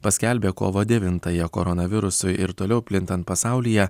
paskelbė kovo devyntąją koronavirusui ir toliau plintant pasaulyje